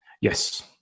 Yes